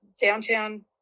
downtown